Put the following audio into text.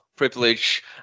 privilege